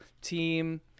team